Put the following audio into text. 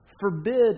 forbid